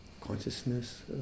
Consciousness